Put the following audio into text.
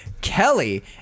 Kelly